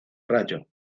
rayo